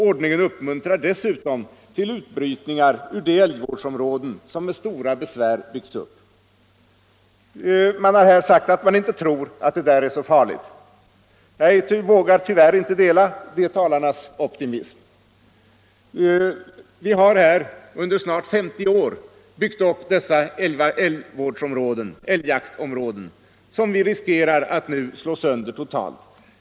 Ordningen uppmuntrar dessutom till utbrytningar ur de älgvårdsområden som med stora besvär byggts upp. Några talare har här sagt att man inte tror att det är så farligt. Jag vågar tyvärr inte dela deras optimism. Vi har under snart 50 år byggt upp vissa älgjaktsområden, som vi nu riskerar att totalt slå sönder.